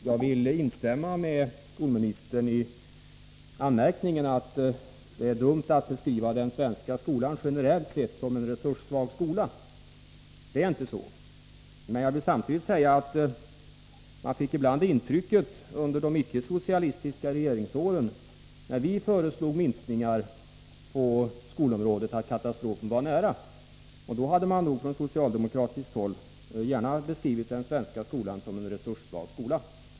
Herr talman! Jag vill instämma i skolministerns anmärkning att det är dumt att generellt sett beskriva den svenska skolan som en resurssvag skola. Det är inte så. Men jag vill samtidigt säga att man ibland under de icke-socialistiska regeringsåren, när vi föreslog minskningar på skolområdet, av socialdemokraternas agerande fick intrycket att katastrofen var nära. Då hade nog socialdemokraterna gärna beskrivit den svenska skolan som en resurssvag skola.